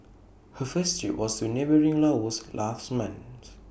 her first trip was to neighbouring Laos last month